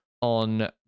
on